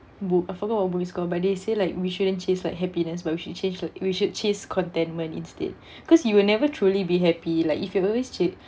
book I forgot what book it's called but they say like we shouldn't chase like happiness but we should change like but we should chase contentment instead because you will never truly be happy like if you always chase